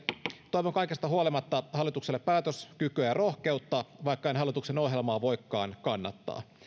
toivon kaikesta huolimatta hallitukselle päätöskykyä ja rohkeutta vaikka en hallituksen ohjelmaa voikaan kannattaa